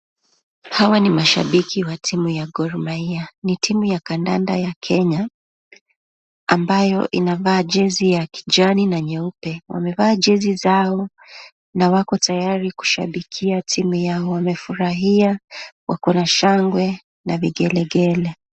Hawa ni mashabiki wa timu ya Gor Mahia. Ni timu ya kandanda ya Kenya ambayo inavaa jezi ya kijani na nyeupe. Wamevaa jezi zao na wako tayari kushabikia timu yao. Wamefurahia, wako na shangwe na vigelegele.